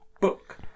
book